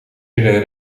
eerder